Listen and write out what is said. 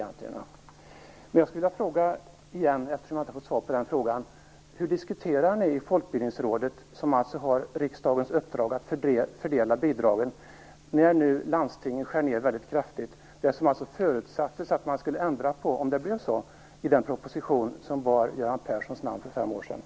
Jag skulle vilja fråga igen, eftersom jag inte har fått svar på den frågan: Hur diskuterar ni i Folkbildningsrådet, som alltså har riksdagens uppdrag att fördela bidragen, när nu landstingen skär ned väldigt kraftigt, något som det alltså i den proposition som bar Göran Perssons namn för fem år sedan förutsattes att man skulle ändra på om det blev så?